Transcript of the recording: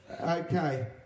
okay